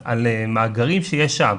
על מאגרים שיש שם.